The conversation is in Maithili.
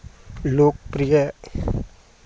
लोकप्रिय